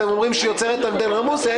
יוצרות אנדרלמוסיה.